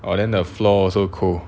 orh then the floor also cold